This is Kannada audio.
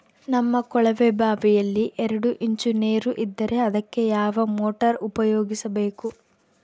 ನಮ್ಮ ಕೊಳವೆಬಾವಿಯಲ್ಲಿ ಎರಡು ಇಂಚು ನೇರು ಇದ್ದರೆ ಅದಕ್ಕೆ ಯಾವ ಮೋಟಾರ್ ಉಪಯೋಗಿಸಬೇಕು?